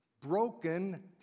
broken